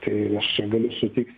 tai aš šiandienai susitiks